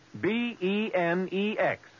B-E-N-E-X